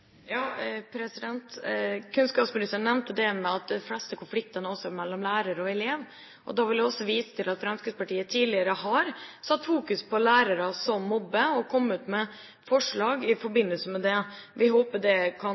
Kunnskapsministeren nevnte at de fleste konfliktene er mellom lærer og elev. Da vil jeg vise til at Fremskrittspartiet tidigere har satt fokus på lærere som mobber, og kommet med forslag i forbindelse med det. Vi håper at det også kan